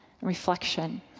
reflection